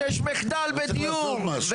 שיש מחדל בדיור,